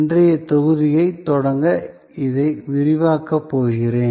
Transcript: இன்றைய தொகுதியைத் தொடங்க இதை விரிவாக்கப் போகிறேன்